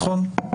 נכון?